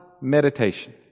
meditation